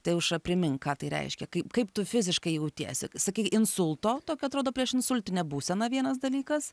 tai aušra primink ką tai reiškia kaip kaip tu fiziškai jautiesi sakyk insulto tokia atrodo priešinsultinė būsena vienas dalykas